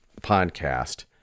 podcast